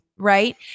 Right